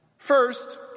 First